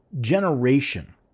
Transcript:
generation